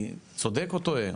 אני צודק או טועה?